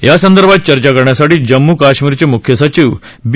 यासंदर्भात चर्चा करण्यासाठी जम्मू कश्मीरचे मूख्य सचिव बी